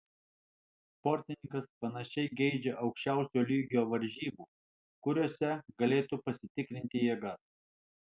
sportininkas panašiai geidžia aukščiausio lygio varžybų kuriose galėtų pasitikrinti jėgas